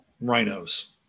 rhinos